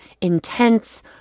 intense